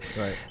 Right